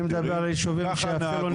אני מדבר על ישובים שנהגו,